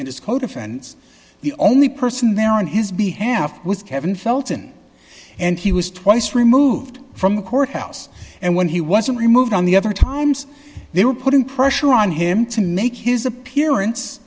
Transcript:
defendants the only person there on his behalf was kevin felton and he was twice removed from the courthouse and when he wasn't removed on the other times they were putting pressure on him to make his appearance